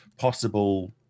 possible